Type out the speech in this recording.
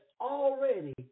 already